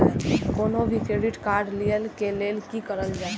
कोनो भी credit card लिए के लेल की करल जाय?